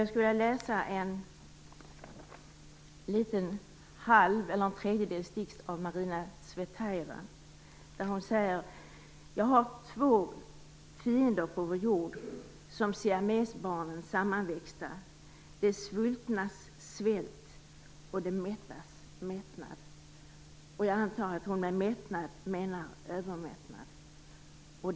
Jag skulle vilja läsa ur en dikt av Marina Tsvetajeva. Hon skriver: "Jag har två fiender på vår jordsom siamesbarnen sammanväxta: de svultnas svält och de mättas mättnad!" Jag antar att hon med mättnad menar övermättnad.